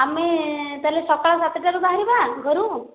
ଆମେ ତାହେଲେ ସକାଳ ସାତଟାରୁ ବାହାରିବା ଘରୁ